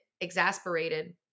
exasperated